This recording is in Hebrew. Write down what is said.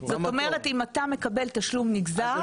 זאת אומרת אם אתה מקבל תשלום נגזר- -- אז